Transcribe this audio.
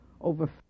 over